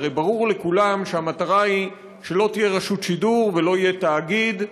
הרי ברור לכולם שהמטרה היא שלא תהיה רשות שידור ולא יהיה תאגיד,